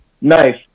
Nice